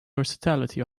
versatility